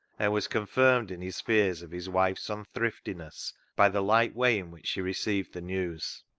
and was confirmed in his fears of his wife's unthriftiness by the light way in which she received the news.